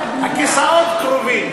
הכיסאות קרובים,